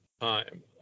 time